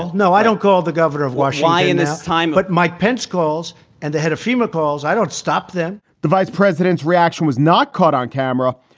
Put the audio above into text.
no, i don't call the governor of wash i in this time. but mike pence calls and the head of fema calls. i don't stop them the vice president's reaction was not caught on camera,